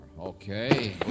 Okay